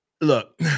look